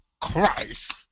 Christ